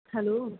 hello